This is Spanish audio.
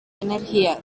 energía